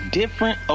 different